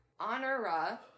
Honora